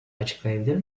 açıklayabilir